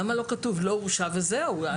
למה לא כתוב לא הורשע וזהו?